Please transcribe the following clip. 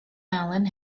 allen